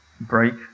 break